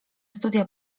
studia